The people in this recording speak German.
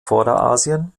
vorderasien